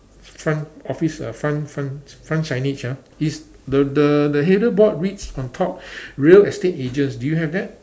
front office uh front front front signage ah it's the the the header board reads on top real estate agents do you have that